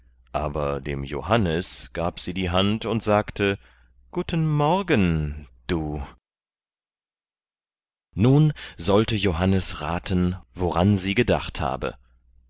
aber dem johannes gab sie die hand und sagte guten morgen du nun sollte johannes raten woran sie gedacht habe